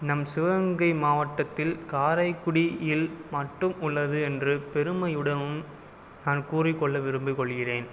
நம் சிவகங்கை மாவட்டத்தில் காரைக்குடியில் மட்டும் உள்ளது என்று பெருமையுடணும் நான் கூறிக்கொள்ள விரும்பிக் கொள்கிறேன்